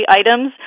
items